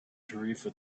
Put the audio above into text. tarifa